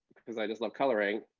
because i just love coloring,